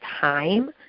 time